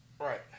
Right